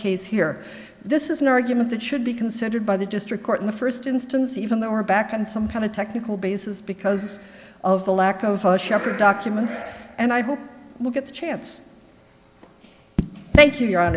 case here this is an argument that should be considered by the district court in the first instance even though we're back on some kind of technical basis because of the lack of a shepherd documents and i hope we'll get the chance thank you